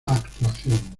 actuación